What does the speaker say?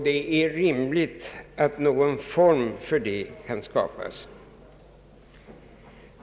Det är rimligt att någon form för detta kan skapas.